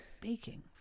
baking